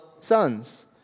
sons